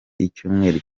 icyumweru